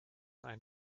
einen